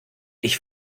ich